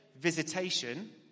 visitation